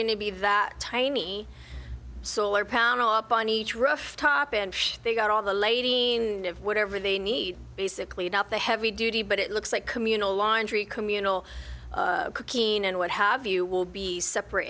going to be that tiny solar power up on each rooftop and they've got all the ladies and of whatever they need basically not the heavy duty but it looks like communal laundry communal keane and what have you will be separate